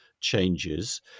changes